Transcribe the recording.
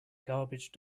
garbage